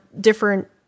different